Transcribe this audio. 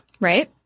Right